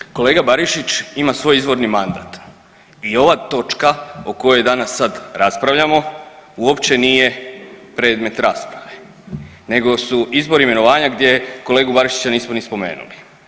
Prvo kolega Barišić ima svoj izvorni mandat i ova točka o kojoj danas sad raspravljamo uopće nije predmet rasprave, nego su izbor i imenovanja gdje kolegu Barišića nismo ni spomenuli.